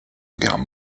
guerre